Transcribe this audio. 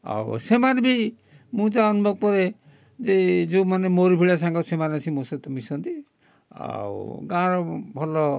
ଆଉ ସେମାନେ ବି ମୁଁ ଯାହା ଅନୁଭବ କରେ ଯେ ଯେଉଁମାନେ ମୋରି ଭଳିଆ ସାଙ୍ଗ ସେମାନେ ଆସି ମୋ ସହିତ ମିଶନ୍ତି ଆଉ ଗାଁ ଭଲ